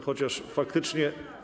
Chociaż faktycznie.